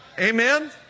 Amen